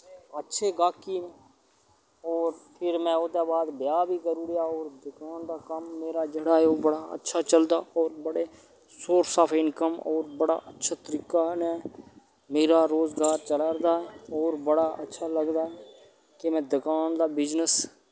अच्छे गाहकी न होंर फिर मैं ओह्दे बाद ब्याह् बी करी उड़ेआ ओह् दकान दा कम्म जेह्डा ऐ मेरा ओह् जेह्डा बड़ा अच्छा चलदा होंर बड़े सोर्स ऑफ़ इनकम होर बड़ा अच्छा तरीका न मेरा रोजगार चलादा होर बड़ा अच्छा लगदा कि मैं दकान दा बिजनेस